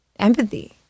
empathy